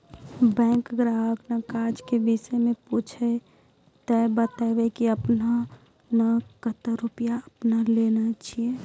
Bank ग्राहक ने काज के विषय मे पुछे ते बता की आपने ने कतो रुपिया आपने ने लेने छिए?